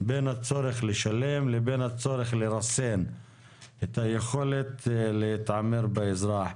בין הצורך לשלם לבין הצורך לרסן את היכולת להתעמר באזרח.